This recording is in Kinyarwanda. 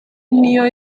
niyo